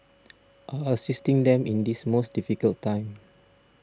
are assisting them in this most difficult time